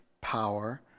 power